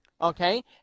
Okay